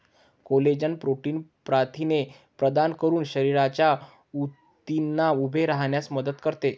collagen protein प्रथिने प्रदान करून शरीराच्या ऊतींना उभे राहण्यास मदत करते